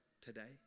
today